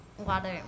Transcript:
water